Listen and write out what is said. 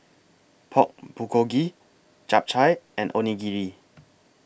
Pork Bulgogi Japchae and Onigiri